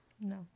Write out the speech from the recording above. No